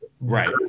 right